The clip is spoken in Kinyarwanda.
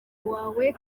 wawe